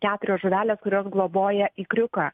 keturios žuvelės kurios globoja ikriuką